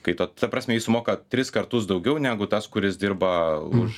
kai ta ta prasme jis sumoka tris kartus daugiau negu tas kuris dirba už